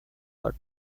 her